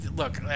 Look